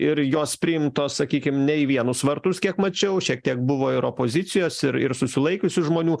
ir jos priimtos sakykim ne į vienus vartus kiek mačiau šiek tiek buvo ir opozicijos ir ir susilaikiusių žmonių